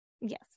yes